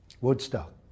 Woodstock